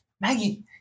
Maggie